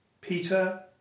peter